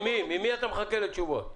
ממי אתה מחכה לתשובות?